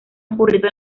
ocurrido